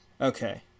Okay